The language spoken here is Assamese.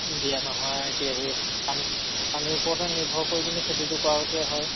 দিয়া নহয় এতিয়া এই পানী পানীৰ ওপৰতে নিৰ্ভৰ কৰি পিনি খেতিটো কৰাটোৱ হয়